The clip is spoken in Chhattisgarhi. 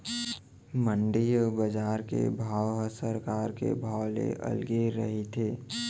मंडी अउ बजार के भाव ह सरकार के भाव ले अलगे रहिथे